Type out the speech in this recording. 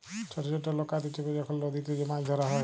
ছট ছট লকাতে চেপে যখল লদীতে যে মাছ ধ্যরা হ্যয়